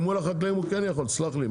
אל מול החקלאים הוא כן יכול סלח לי,